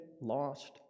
Lost